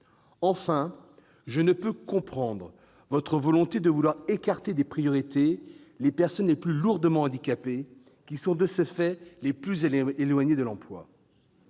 Enfin, je ne peux comprendre votre volonté d'écarter des priorités les personnes les plus lourdement handicapées, qui sont, de ce fait, les plus éloignées de l'emploi.